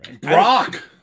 Brock